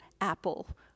Apple